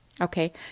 Okay